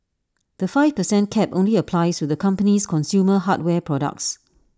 the five per cent cap only applies to the company's consumer hardware products